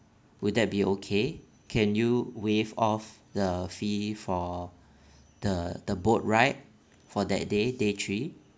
would that be okay can you waive off the fee for the the boat ride for that day day three